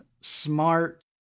smart